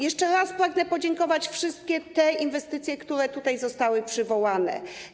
Jeszcze raz pragnę podziękować za wszystkie te inwestycje, które tutaj zostały przywołane.